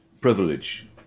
privilege